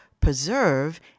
preserve